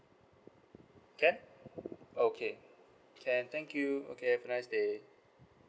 can okay can thank you okay have a nice day